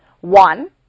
One